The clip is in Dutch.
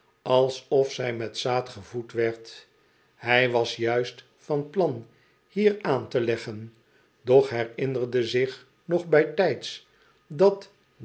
alsof zij met zaad gevoed werd hij was juist van plan hier aan te leggen doch herinnerde zich nog bijtijds dat